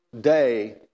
day